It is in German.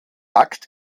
akt